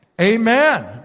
amen